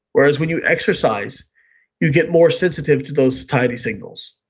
whereas when you exercise you get more sensitive to those satiety signals.